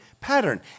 pattern